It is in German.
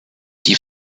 die